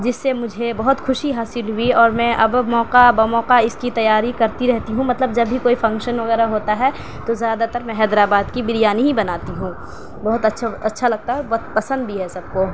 جس سے مجھے بہت خوشی حاصل ہوئی اورمیں اب موقع بہ موقع اس کی تیاری کرتی رہتی ہوں مطلب جب بھی کوئی فنکشن وغیرہ ہوتا ہے تو زیادہ تر میں حیدرآباد کی بریانی ہی بناتی ہوں بہت اچّھا اچّھا لگتا ہے بہت پسند بھی ہے سب کو